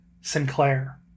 Sinclair